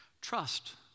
Trust